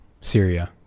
Syria